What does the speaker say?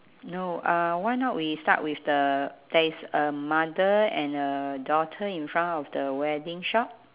no uh why not we start with the there is a mother and a daughter in front of the wedding shop